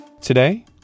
Today